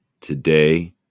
today